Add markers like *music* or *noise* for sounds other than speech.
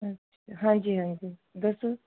*unintelligible* ਹਾਂਜੀ ਹਾਂਜੀ ਦੱਸੋ